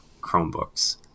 Chromebooks